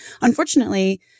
Unfortunately